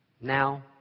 Now